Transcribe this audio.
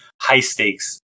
high-stakes